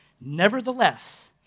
Nevertheless